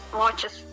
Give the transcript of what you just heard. watches